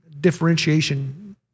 differentiation